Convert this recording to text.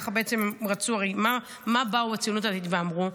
ככה בעצם רצו, הרי מה באו הציונות הדתית ואמרו?